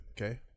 Okay